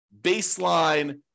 baseline